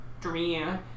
dream